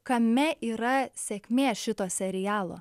kame yra sėkmė šito serialo